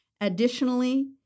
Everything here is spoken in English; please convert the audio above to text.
Additionally